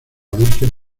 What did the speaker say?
virgen